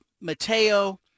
Mateo